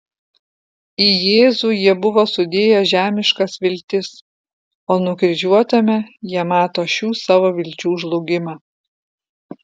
į jėzų jie buvo sudėję žemiškas viltis o nukryžiuotame jie mato šių savo vilčių žlugimą